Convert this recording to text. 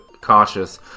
cautious